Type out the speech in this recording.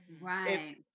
right